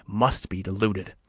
must be deluded